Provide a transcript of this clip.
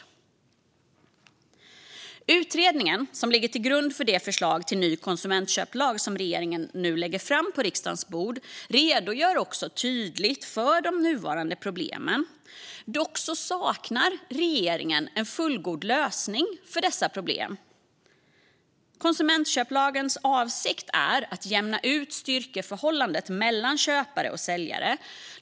Den utredning som ligger till grund för det förslag till ny konsumentköplag som regeringen nu lägger på riksdagens bord redogör tydligt för de nuvarande problemen. Dock saknar regeringen en fullgod lösning på dessa problem. Konsumentköplagens avsikt är att jämna ut styrkeförhållandet mellan köpare och säljare.